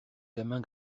gamin